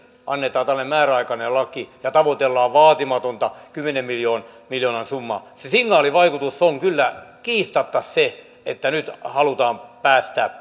annetaan tällainen määräaikainen laki ja tavoitellaan vaatimatonta kymmenen miljoonan miljoonan summaa se signaalivaikutus on kyllä kiistatta se että nyt halutaan päästää